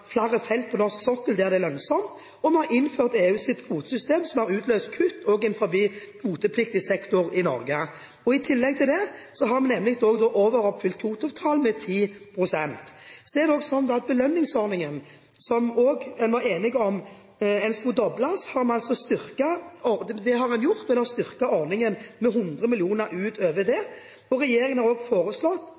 flere felt på norsk sokkel, der det er lønnsomt, og vi har innført EUs kvotesystem, som har utløst kutt også innen kvotepliktig sektor i Norge. I tillegg til det har vi overoppfylt Kyoto-avtalen med 10 pst. Belønningsordningen var en enig om at en skulle doble. Det er gjort, og en har styrket ordningen med 100 mill. kr utover det. Regjeringen har foreslått tidligere og fått vedtatt, og foreslått også i neste års budsjett, at vi øker på miljøforskning og